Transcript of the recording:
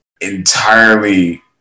entirely